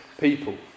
people